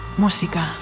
música